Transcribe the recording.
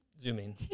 Zooming